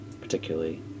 Particularly